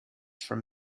from